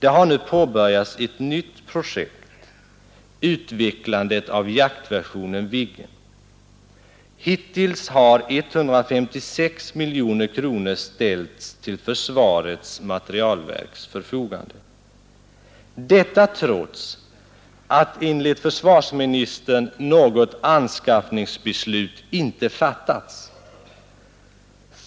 Ett nytt projekt har nu påbörjats — utvecklandet av jaktversionen av Viggen. Hittills har 156 miljoner kronor ställts till försvarets materielverks förfogande, detta trots att enligt försvarsministern något anskaffningsbeslut inte fattats.